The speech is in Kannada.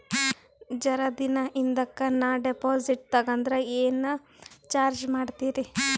ಜರ ದಿನ ಹಿಂದಕ ನಾ ಡಿಪಾಜಿಟ್ ತಗದ್ರ ಏನ ಚಾರ್ಜ ಮಾಡ್ತೀರಿ?